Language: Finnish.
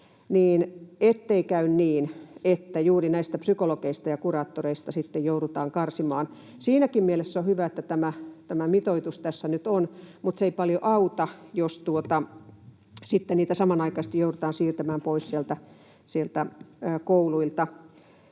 ettei käy niin, että juuri näistä psykologeista ja kuraattoreista sitten joudutaan karsimaan, on hyvä, että tämä mitoitus tässä nyt on, mutta se ei paljon auta, jos heitä sitten samanaikaisesti joudutaan siirtämään pois sieltä kouluilta.